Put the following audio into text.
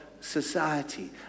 society